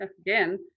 again